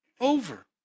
over